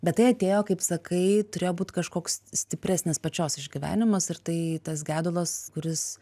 bet tai atėjo kaip sakai turėjo būt kažkoks stipresnis pačios išgyvenimas ir tai tas gedulas kuris